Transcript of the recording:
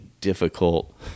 difficult